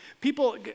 people